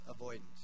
avoidance